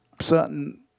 certain